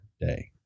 day